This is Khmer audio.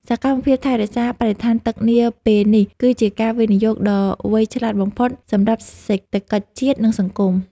សកម្មភាពថែរក្សាបរិស្ថានទឹកនាពេលនេះគឺជាការវិនិយោគដ៏វៃឆ្លាតបំផុតសម្រាប់សេដ្ឋកិច្ចជាតិ និង សង្គម។